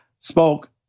Spoke